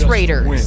Raiders